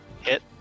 Hit